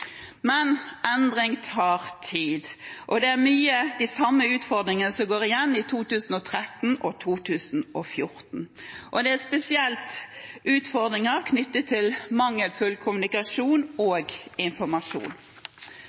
Endring tar tid. Det er mange av de samme utfordringene som går igjen i 2013 og 2014. Det er spesielt utfordringer knyttet til mangelfull kommunikasjon og informasjon.